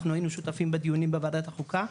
אנחנו היינו שותפים בדיונים בוועדת החוקה,